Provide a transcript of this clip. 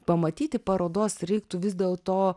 pamatyti parodos reiktų vis dėlto